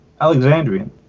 alexandrian